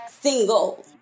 single